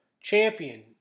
champion